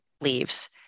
leaves